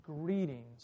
greetings